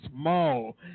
small